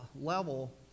level